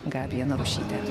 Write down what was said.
gabija narušytė